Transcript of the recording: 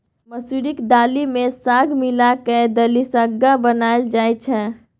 मसुरीक दालि मे साग मिला कय दलिसग्गा बनाएल जाइ छै